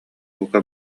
бука